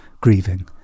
grieving